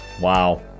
Wow